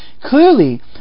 clearly